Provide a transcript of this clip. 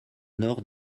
nord